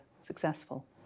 successful